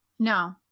No